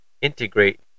integrate